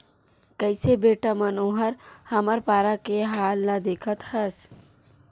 कइसे बेटा मनोहर हमर पारा के हाल ल देखत हस